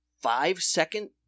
five-second